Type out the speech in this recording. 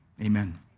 amen